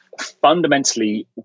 Fundamentally